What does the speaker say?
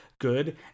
good